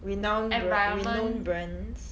renowned renowned brands